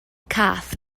cath